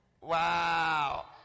Wow